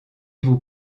vous